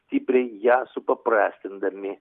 stipriai ją supaprastindami